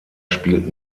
spielt